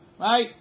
right